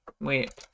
Wait